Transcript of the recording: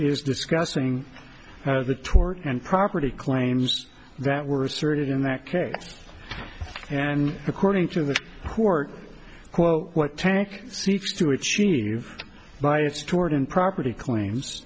is discussing the tort and property claims that were asserted in that case and according to the court quote what tank seeks to achieve by its toward and property claims